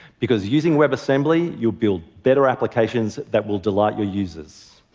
because using webassembly, you'll build better applications that will delight your users.